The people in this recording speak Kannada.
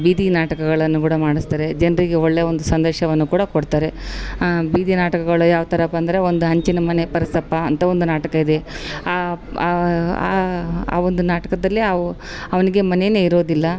ಬೀದಿ ನಾಟಕಗಳನ್ನು ಕೂಡ ಮಾಡಿಸ್ತಾರೆ ಜನರಿಗೆ ಒಳ್ಳೇ ಒಂದು ಸಂದೇಶವನ್ನು ಕೂಡ ಕೊಡ್ತಾರೆ ಬೀದಿ ನಾಟಕಗಳು ಯಾವ್ತರಪ್ಪಾ ಅಂದರೆ ಒಂದು ಹಂಚಿನ ಮನೆ ಪರ್ಸಪ್ಪಾ ಅಂತ ಒಂದು ನಾಟಕಯಿದೆ ಆ ಒಂದು ನಾಟಕದಲ್ಲಿಅವು ಅವನಿಗೆ ಮನೆನೇ ಇರೋದಿಲ್ಲ